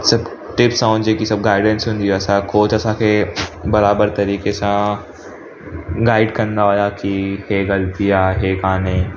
SIP tips ऐं जेकी सभु गाइडेंस हूंदी असां कोच असांखे बराबरि तरीक़े सां गाइड कंदा हुआ की इहा ग़लति आहे इहा काने